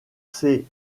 ces